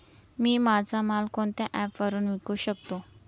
मी माझा माल कोणत्या ॲप वरुन विकू शकतो?